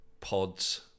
pods